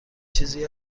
چیزی